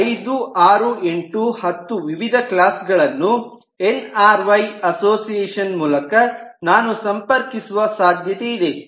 ಹಾಗಾಗಿ ಐದು ಆರು ಎಂಟು ಹತ್ತು ವಿವಿಧ ಕ್ಲಾಸ್ ಗಳನ್ನು N A R I association ಮೂಲಕ ನಾನು ಸಂಪರ್ಕಿಸುವ ಸಾಧ್ಯತೆಯಿದೆ